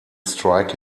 strike